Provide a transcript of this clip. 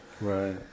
Right